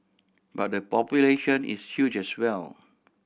but their population is huge as well